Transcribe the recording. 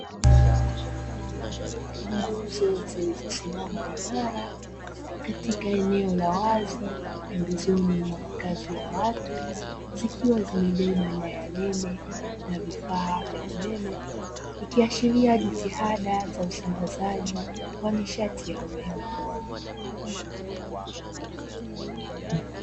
Nguzo zilizosimama imara katika eneo la wazi pembezoni mwa makazi ya watu, zikiwa zimebeba nyaya nene na vifaa vya umeme, ikiashiria jitihada za usambazaji wa nishati ya umeme.